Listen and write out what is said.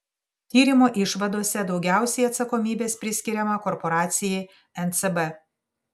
tyrimo išvadose daugiausiai atsakomybės priskiriama korporacijai ncb